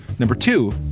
number two,